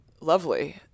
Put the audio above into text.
lovely